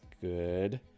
good